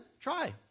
Try